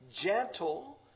gentle